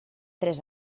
tres